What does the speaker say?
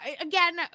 Again